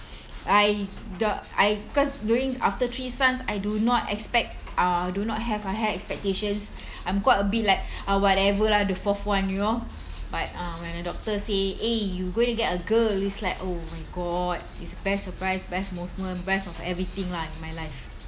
I the I because during after three sons I do not expect uh do not have I have expectations I'm quite a bit like uh whatever lah the fourth one you know but uh when the doctor say eh you going to get a girl it's like oh my god it's best surprise best moment best of everything lah in my life